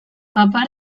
papar